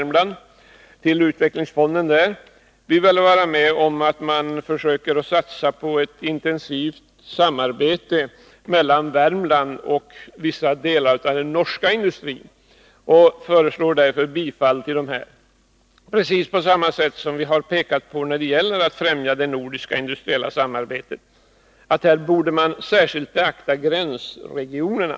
Man bör även satsa på ett intensivt samarbete mellan Värmland och vissa delar av den norska industrin, och vi yrkar därför bifall till dessa reservationer. På samma sätt har vi pekat på att man skall främja det nordiska industriella samarbetet och särskilt beakta gränsregionerna.